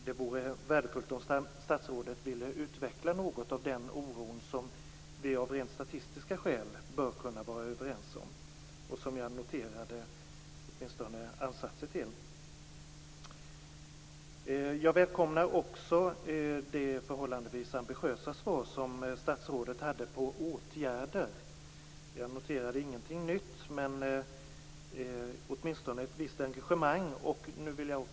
Det vore värdefullt om statsrådet ville utveckla något om den oro som vi av rent statistiska skäl bör kunna vara överens om. Jag noterade åtminstone ansatser till det. Jag välkomnar också det förhållandevis ambitiösa svar som statsrådet hade när det gäller åtgärder. Jag noterade ingenting nytt, men det fanns åtminstone ett visst engagemang.